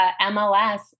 MLS